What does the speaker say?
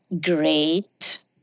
great